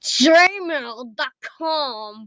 gmail.com